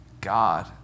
God